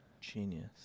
Genius